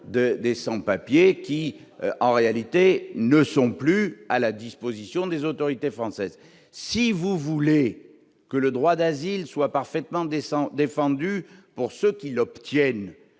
des sans-papiers qui, dans les faits, ne sont plus à la disposition des autorités françaises. Mes chers collègues, si vous voulez que le droit d'asile soit parfaitement défendu pour ceux qui l'obtiennent,